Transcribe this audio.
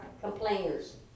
complainers